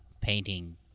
painting